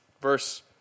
verse